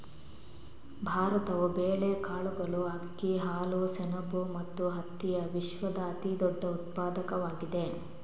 ಭಾರತವು ಬೇಳೆಕಾಳುಗಳು, ಅಕ್ಕಿ, ಹಾಲು, ಸೆಣಬು ಮತ್ತು ಹತ್ತಿಯ ವಿಶ್ವದ ಅತಿದೊಡ್ಡ ಉತ್ಪಾದಕವಾಗಿದೆ